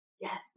Yes